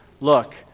look